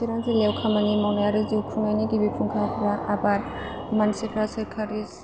चिरां जिल्लायाव खामानि मावनाय आरो जिउ खुंनाय गिबि फुंखाफ्रा आबाद मानसिफ्रा सोरखारि